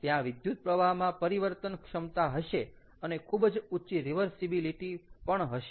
ત્યાં વિદ્યુતપ્રવાહમાં પરિવર્તનક્ષમતા હશે અને ખુબ જ ઊંચી રિવરસીબીલીટી હશે